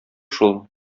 шул